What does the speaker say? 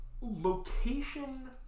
location